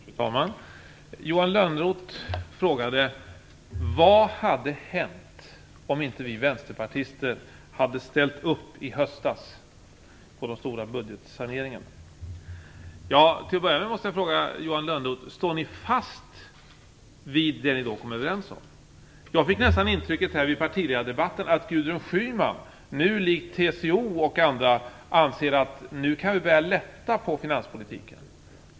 Fru talman! Johan Lönnroth frågade: Vad hade hänt om inte vi vänsterpartister i höstas hade ställt upp på den stora budgetsaneringen? Står ni fast vid det som ni då kom överens om? I partiledardebatten här fick jag nästan intrycket att Gudrun Schyman, likt TCO och andra, anser att vi nu kan börja lätta på finanspolitiken.